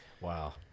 Wow